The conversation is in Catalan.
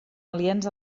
aliens